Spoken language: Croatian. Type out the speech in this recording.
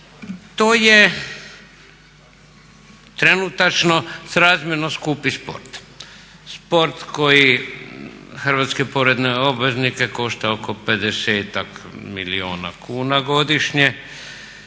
to je trenutačno srazmjerno skupi sport. Sport koji hrvatske porezne obveznike košta oko 50-ak milijuna kuna godišnje